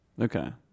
Okay